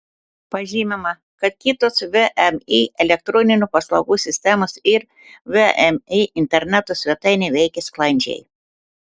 pažymima kad kitos vmi elektroninių paslaugų sistemos ir vmi interneto svetainė veikia sklandžiai